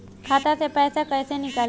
खाता से पैसा कैसे नीकली?